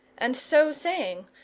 and so saying,